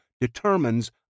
determines